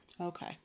Okay